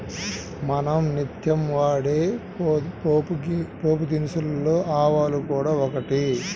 మనం నిత్యం వాడే పోపుదినుసులలో ఆవాలు కూడా ఒకటి